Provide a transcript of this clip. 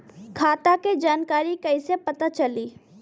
खाता के जानकारी कइसे पता चली?